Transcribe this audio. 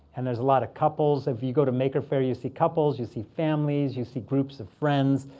and there's a lot of couples. if you go to maker faire, you see couples. you see families. you see groups of friends.